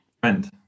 friend